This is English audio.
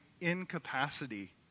incapacity